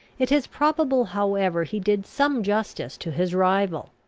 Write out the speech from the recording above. it is probable, however, he did some justice to his rival.